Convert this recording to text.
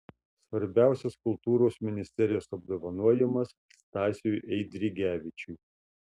svarbiausias kultūros ministerijos apdovanojimas stasiui eidrigevičiui